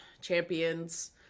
champions